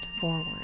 forward